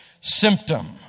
symptom